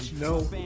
no